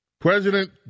President